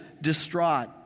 distraught